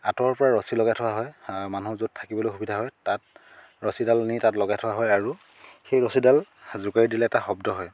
আঁতৰৰ পৰা ৰছী লগাই থোৱা হয় মানুহৰ য'ত থাকিবলৈ সুবিধা হয় তাত ৰছীডাল নি তাত লগাই থোৱা হয় আৰু সেই ৰছীডাল জোকাৰি দিলে এটা শব্দ হয়